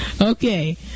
Okay